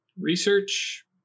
Research